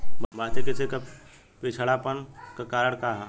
भारतीय कृषि क पिछड़ापन क कारण का ह?